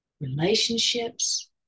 relationships